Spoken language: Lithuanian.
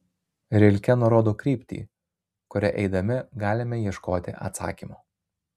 rilke nurodo kryptį kuria eidami galime ieškoti atsakymo